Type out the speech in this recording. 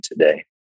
today